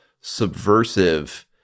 subversive